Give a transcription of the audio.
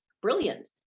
brilliant